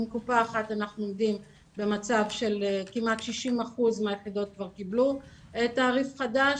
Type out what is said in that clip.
עם קופה אחת אנחנו עומדים במצב שכמעט 60% מהיחידות כבר קיבלו תעריף חדש,